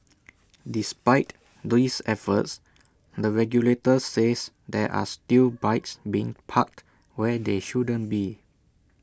despite these efforts the regulator says there are still bikes being parked where they shouldn't be